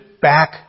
back